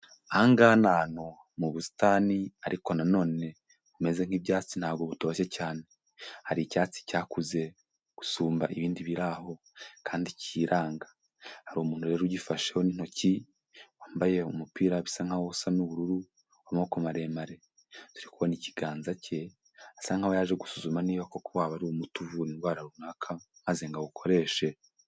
Aha ngaha ni ahantu mu busitani ariko nanone bumeze nk'ibyatsi ntabwo butoshye cyane. Hari icyatsi cyakuze gusumba ibindi biri aho kandi kiranga. Hari umuntu rero ugifasheho n'intoki wambaye umupira bisa nkaho usa n'ubururu w'amaboko maremare. Turi kubona ikiganza cye asa nkaho yaje gusuzuma niba koko waba ari umuti uvura indwara runaka maze ngo awukoreshe.